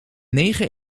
negen